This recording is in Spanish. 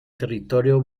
territorio